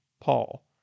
Paul